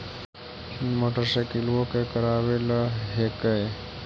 मोटरसाइकिलवो के करावे ल हेकै?